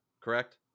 correct